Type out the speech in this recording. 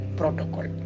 protocol